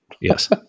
Yes